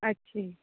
ਅੱਛਾ ਜੀ